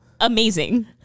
Amazing